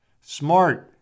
smart